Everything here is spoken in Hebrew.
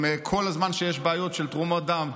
כל הזמן שיש בעיות של תרומות דם,